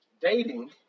dating